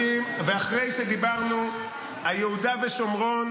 אחרי שדיברנו על יהודה ושומרון,